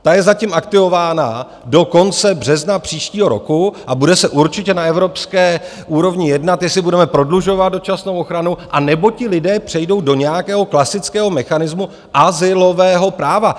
Ta je zatím aktivována do konce března příštího roku a bude se určitě na evropské úrovni jednat, jestli budeme prodlužovat dočasnou ochranu, anebo ti lidé přejdou do nějakého klasického mechanismu azylového práva.